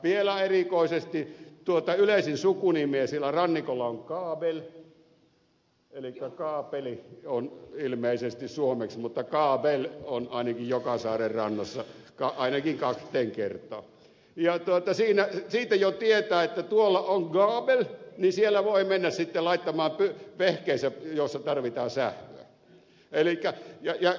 vielä erikoisesti kun yleisin sukunimi siellä rannikolla on kabel elikkä kaapeli ilmeisesti suomeksi kabel on joka saaren rannassa ainakin kahteen kertaan ja siitä jo tietää että kun tuolla on kabel niin sinne voi mennä sitten laittamaan vehkeensä jossa tarvitaan sähköä